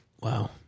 Wow